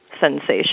sensation